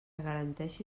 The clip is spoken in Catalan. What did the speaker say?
garanteixi